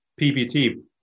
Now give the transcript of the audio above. PPT